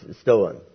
stolen